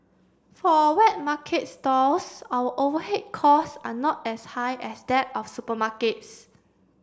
for wet market stalls our overhead costs are not as high as that of supermarkets